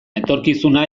etorkizuna